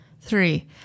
three